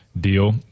deal